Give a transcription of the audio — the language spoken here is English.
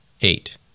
eight